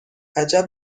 عجب